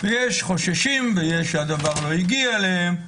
יש חוששים ויש שהדבר לא הגיע אליהם,